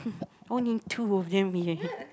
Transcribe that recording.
only two of them